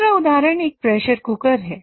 दूसरा उदाहरण एक प्रेशर कुकर है